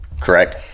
correct